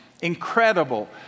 incredible